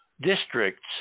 districts